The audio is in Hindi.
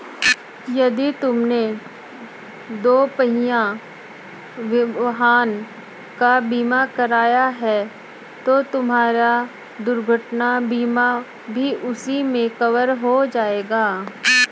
यदि तुमने दुपहिया वाहन का बीमा कराया है तो तुम्हारा दुर्घटना बीमा भी उसी में कवर हो जाएगा